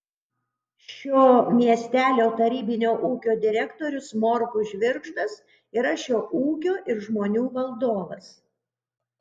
šio miestelio tarybinio ūkio direktorius morkus žvirgždas yra šio ūkio ir žmonių valdovas